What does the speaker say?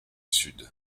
sud